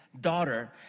daughter